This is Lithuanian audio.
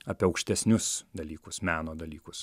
apie aukštesnius dalykus meno dalykus